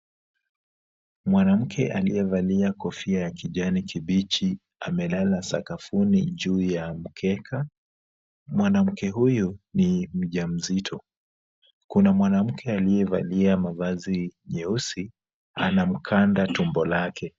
Mwanamke aliyevalia kofia ya kijani kibichi, amelala sakafuni juu ya mkeka. Mwanamke huyu ni mjamzito. Kuna mwanamke aliyevalia mavazi nyeusi, anamkanda tumbo lake.